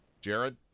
Jared